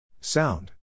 Sound